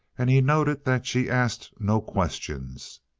and he noted that she asked no questions.